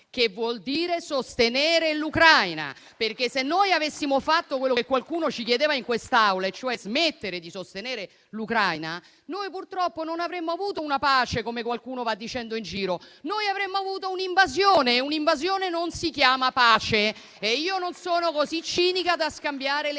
che vuol dire sostenere l'Ucraina. Se noi avessimo fatto quello che qualcuno ci chiedeva in questa Aula, e cioè smettere di sostenere l'Ucraina, purtroppo non avremmo avuto una pace, come qualcuno va dicendo in giro: noi avremmo avuto un'invasione e un'invasione non si chiama pace. Io non sono così cinica da scambiare le due